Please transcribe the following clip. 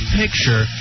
picture